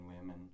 women